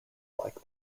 like